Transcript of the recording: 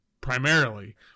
primarily